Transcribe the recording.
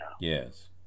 Yes